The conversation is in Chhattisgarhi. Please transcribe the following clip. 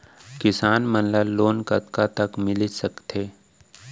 किसान मन ला लोन कतका तक मिलिस सकथे?